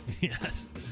Yes